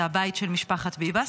זה הבית של משפחת ביבס.